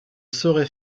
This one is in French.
saurait